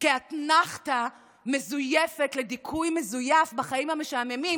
כאתנחתה מזויפת לדיכוי מזויף בחיים המשעממים